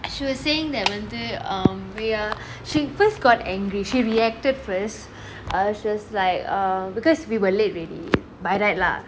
she was saying that வந்து :vanthu um we are she first got angry she reacted first uh she was like err because we were late already by right lah